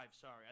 Sorry